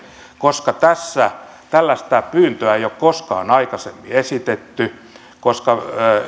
koska tällaista pyyntöä ei ole koskaan aikaisemmin esitetty